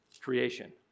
creation